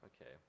okay